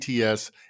ATS